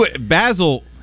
Basil